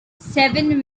seven